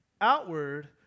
Outward